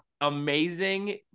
amazing